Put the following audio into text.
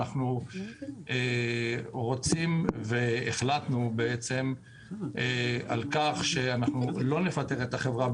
אנחנו רוצים והחלטנו בעצם על כך שלא נפטר את החברה.